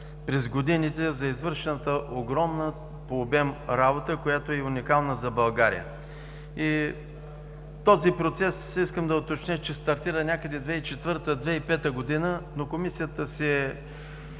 през годините, за извършената огромна по обем работа, която е и уникална за България. Този процес – искам да уточня, че стартира някъде 2004 – 2005 г., но Комисията е